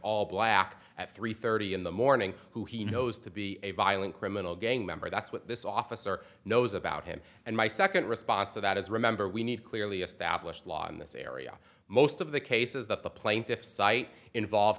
all black at three thirty in the morning who he knows to be a violent criminal gang member that's what this officer knows about him and my second response to that is remember we need clearly established law in this area most of the cases that the plaintiffs cite involve